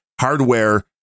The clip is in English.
hardware